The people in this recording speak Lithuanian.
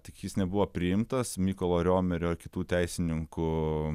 tik jis nebuvo priimtas mykolo riomerio ir kitų teisininkų